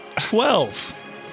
Twelve